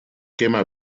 quema